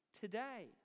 today